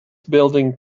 building